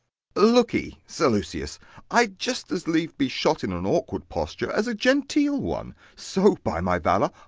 look'ee! sir lucius i'd just as lieve be shot in an awkward posture as a genteel one so, by my valour!